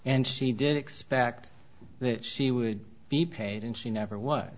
and she did expect that she would be paid and she never was